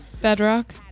Bedrock